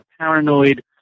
paranoid